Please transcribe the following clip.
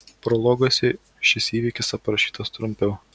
prologuose šis įvykis aprašytas trumpiau